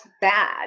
bad